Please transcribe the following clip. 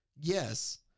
yes